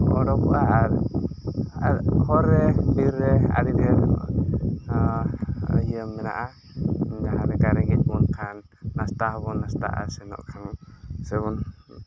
ᱚᱰᱚᱠᱚᱜᱼᱟ ᱟᱨ ᱟᱨ ᱦᱚᱨ ᱨᱮ ᱵᱤᱨ ᱨᱮ ᱟᱹᱰᱤ ᱰᱷᱮᱨ ᱤᱭᱟᱹ ᱢᱮᱱᱟᱜᱼᱟ ᱡᱟᱦᱟᱸ ᱞᱮᱠᱟ ᱨᱮᱸᱜᱮᱡ ᱵᱚᱱ ᱠᱷᱟᱱ ᱱᱟᱥᱛᱟᱥ ᱦᱚᱸᱵᱚᱱ ᱱᱟᱥᱛᱟᱜᱼᱟ ᱥᱮᱱᱚᱜ ᱠᱷᱟᱱ ᱥᱮᱵᱚᱱ